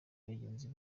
bagenzi